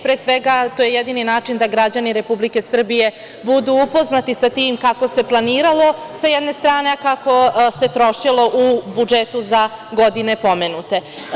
Pre svega, to je jedini način da građani Republike Srbije budu upoznati sa tim kako se planiralo sa jedne strane, a kako se trošilo u budžetu za godine pomenute.